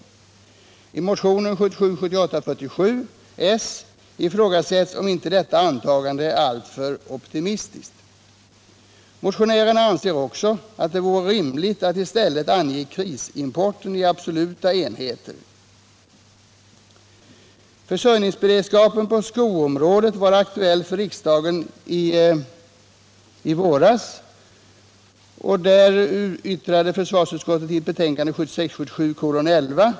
I motionen 1977 77:11.